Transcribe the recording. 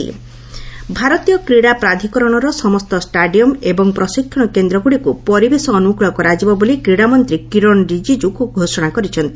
ରିଜିଜ୍ନ stadium ଭାରତୀୟ କ୍ରୀଡ଼ା ପ୍ରାଧିକରଣର ସମସ୍ତ ଷ୍ଟାଡିୟମ୍ ଏବଂ ପ୍ରଶିକ୍ଷଣ କେନ୍ଦ୍ରଗୁଡ଼ିକୁ ପରିବେଶ ଅନୁକୁଳ କରାଯିବ ବୋଲି କ୍ରୀଡ଼ାମନ୍ତ୍ରୀ କିରଣ ରିକିଜୁ ଘୋଷଣା କରିଛନ୍ତି